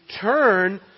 turn